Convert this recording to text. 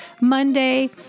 Monday